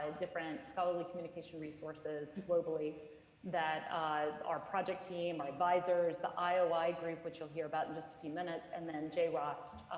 different scholarly communication resources globally that our project team, my advisers, the ioi ah like group which you'll hear about in just a few minutes and then jrost.